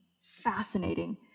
fascinating